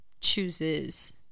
chooses